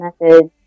message